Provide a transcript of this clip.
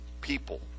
people